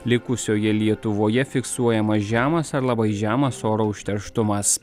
likusioje lietuvoje fiksuojamas žemas ar labai žemas oro užterštumas